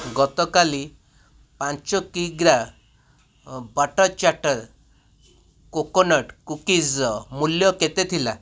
ଗତକାଲି ପାଞ୍ଚ କିଗ୍ରା ବାଟ୍ଟର ଚାଟ୍ଟର କୋକୋନଟ୍ କୁକିଜ୍ର ମୂଲ୍ୟ କେତେ ଥିଲା